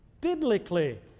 biblically